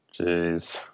Jeez